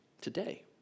Today